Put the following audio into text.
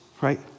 right